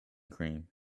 cream